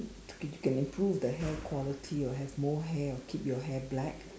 you can you can improve the hair quality or have more hair or keep your hair black